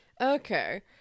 Okay